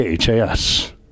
KHAS